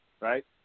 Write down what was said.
right